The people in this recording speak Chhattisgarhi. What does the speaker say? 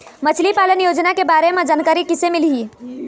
मछली पालन योजना के बारे म जानकारी किसे मिलही?